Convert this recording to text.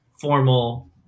formal